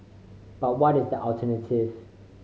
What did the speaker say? but what is the alternative